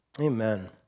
amen